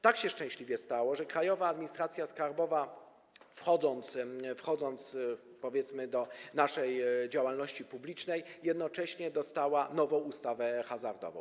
Tak się szczęśliwie stało, że Krajowa Administracja Skarbowa, wchodząc do naszej działalności publicznej, jednocześnie dostała nową ustawę hazardową.